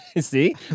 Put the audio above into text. See